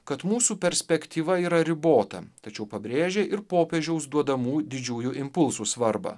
kad mūsų perspektyva yra ribota tačiau pabrėžė ir popiežiaus duodamų didžiųjų impulsų svarbą